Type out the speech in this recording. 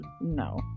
no